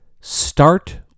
start